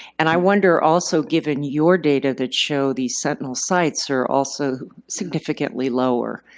and i wonder also, given your data that show these sentinel sites, are also significantly lower.